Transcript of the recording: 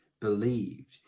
believed